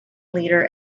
leader